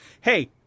Hey